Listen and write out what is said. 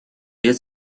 лет